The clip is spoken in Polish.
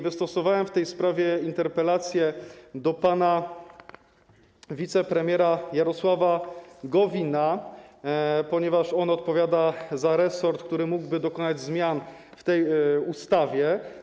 Wystosowałem w tej sprawie interpelację do pana wicepremiera Jarosława Gowina, ponieważ on odpowiada za resort, który mógłby dokonać zmian w tej ustawie.